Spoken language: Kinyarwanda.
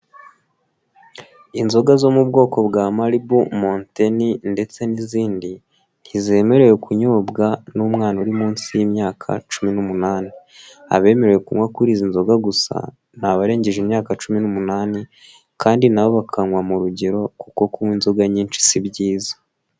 Inzoga zo mu bwoko bwa Malibu, Montein ndetse n'izindi, ntizemerewe kunyobwa n'umwana uri munsi y'imyaka cumi n'umunani. Abemerewe kunywa kuri izi nzoga gusa ni abarengeje imyaka cumi n'umunani kandi nabo bakanywa mu rugero kuko kunywa inzoga nyinshi si byiza.